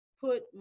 put